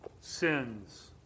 Sins